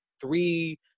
three